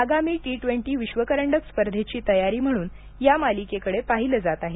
आगामी T twenty विश्वकरंडक स्पर्धेची तयारी म्हणून या मालिकेकडं पाहिलं जात आहे